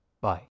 Bye